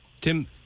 Tim